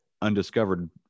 undiscovered